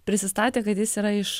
prisistatė kad jis yra iš